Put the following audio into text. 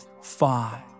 five